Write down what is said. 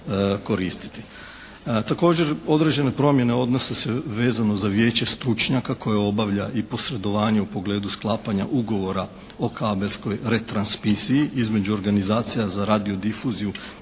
Također određene promjene odnose se vezano za Vijeće stručnjaka koje obavlja i u posredovanju u pogledu sklapanja ugovora o kabelskoj retransmisiji između organizacija za radiodifuziju